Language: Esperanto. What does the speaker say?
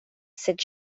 sed